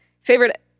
Favorite